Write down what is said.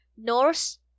Norse